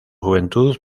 juventud